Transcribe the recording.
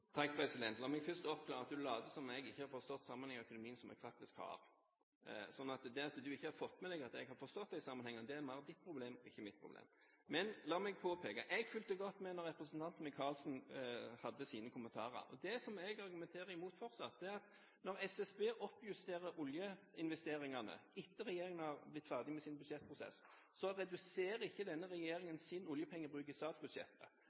La meg først oppklare: Du later som om jeg ikke har forstått sammenhengen i økonomien, men det har jeg faktisk. Så det at du ikke har fått med deg at jeg har forstått de sammenhengene, er mer ditt problem, ikke mitt problem. Men la meg påpeke: Jeg fulgte godt med da representanten Micaelsen hadde sine kommentarer. Det jeg argumenterer mot fortsatt, er at når SSB oppjusterer oljeinvesteringene etter at regjeringen har blitt ferdig med sin budsjettprosess, reduserer ikke denne regjeringen sin oljepengebruk i statsbudsjettet.